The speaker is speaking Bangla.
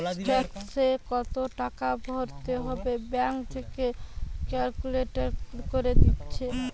ট্যাক্সে কত টাকা ভরতে হবে ব্যাঙ্ক থেকে ক্যালকুলেট করে দিতেছে